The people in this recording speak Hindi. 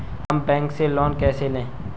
हम बैंक से लोन कैसे लें?